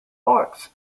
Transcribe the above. orcs